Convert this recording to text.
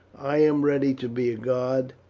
i am ready to be a guard,